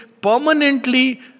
permanently